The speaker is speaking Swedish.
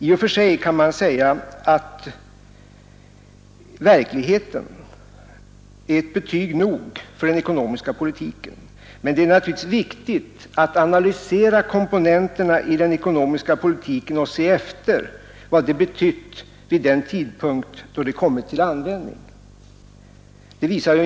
I och för sig kan man säga att verkligheten är ett betyg nog för den ekonomiska politiken, men det är naturligtvis viktigt att analysera komponenterna i den ekonomiska politiken och se efter vad de betytt vid den tidpunkt då de kommit till användning.